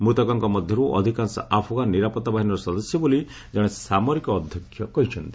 ମୃତକଙ୍କ ମଧ୍ୟରୁ ଅଧିକାଂଶ ଆଫଗାନ୍ ନିରାପତ୍ତା ବାହିନୀର ସଦସ୍ୟ ବୋଲି ଜଣେ ସାମରିକ ଅଧ୍ୟକ୍ଷ କହିଛନ୍ତି